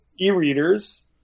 e-readers